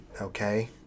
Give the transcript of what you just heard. Okay